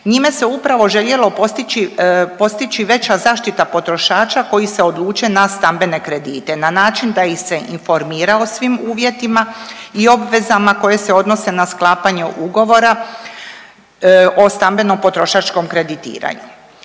Njime se upravo željelo postići veća zaštita potrošača koji se odluče na stambene kredite, na način da ih se informira o svim uvjetima i obvezama koje se odnose na sklapanje ugovora o stambenom potrošačkom kreditiranju.